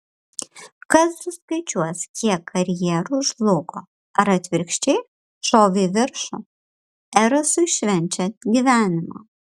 kas suskaičiuos kiek karjerų žlugo ar atvirkščiai šovė į viršų erosui švenčiant gyvenimą